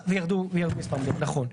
נכון.